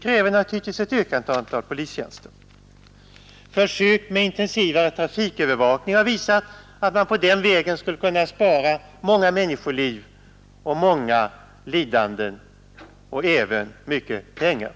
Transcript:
kräver naturligtvis ett ökat antal polistjänster. Försök med intensivare trafikövervakning har visat att man på den vägen skulle kunna spara många människoliv, mycket lidande och även mycket pengar.